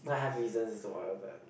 I have reasons also why at that